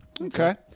Okay